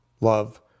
Love